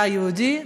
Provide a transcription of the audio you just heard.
היה יהודי,